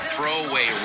Throwaway